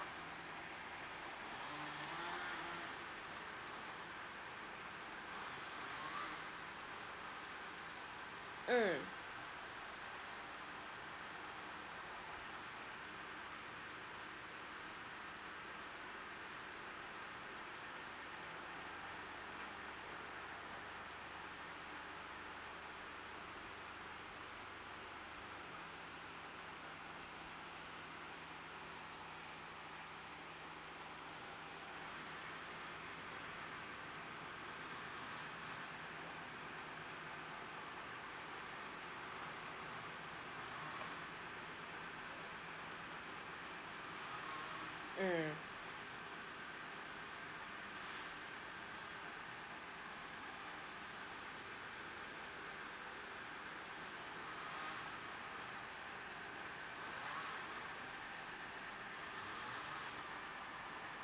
mm mm